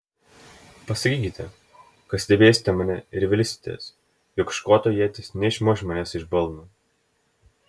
pasakykite kad stebėsite mane ir vilsitės jog škoto ietis neišmuš manęs iš balno